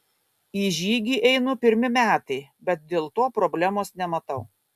į žygį einu pirmi metai bet dėl to problemos nematau